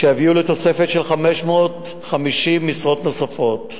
שיביאו לתוספת של 550 משרות נוספות.